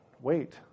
wait